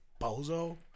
bozo